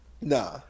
Nah